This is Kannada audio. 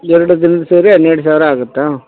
ಎರ್ಡು ದಿನದ್ದು ಸೇರಿ ಹನ್ನೆರಡು ಸಾವಿರ ಆಗುತ್ತಾ